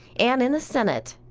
and in the senate.